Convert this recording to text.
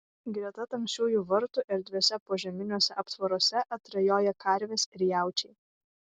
greta tamsiųjų vartų erdviuose požeminiuose aptvaruose atrajoja karvės ir jaučiai